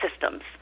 systems